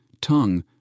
tongue